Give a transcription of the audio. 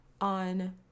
on